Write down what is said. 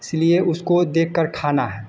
इसलिए उसको देखकर खाना है